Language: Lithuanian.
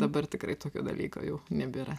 dabar tikrai tokių dalykų jau nebėra